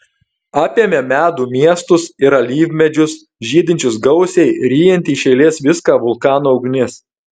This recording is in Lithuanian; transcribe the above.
apėmė medų miestus ir alyvmedžius žydinčius gausiai ryjanti iš eilės viską vulkano ugnis